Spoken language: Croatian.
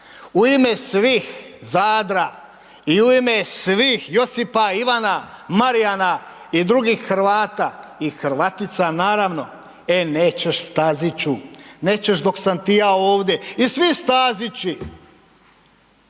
u ime svih Zadra i u ime svih Josipa, Ivana, Marijana i drugih Hrvata i Hrvatica naravno, e nećeš Staziću, nećeš dok sam ti ja ovdje. I svi stazići,